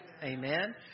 Amen